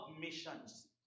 missions